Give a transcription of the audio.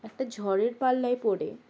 একটা ঝড়ের পাল্লায় পড়ে